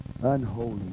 Unholy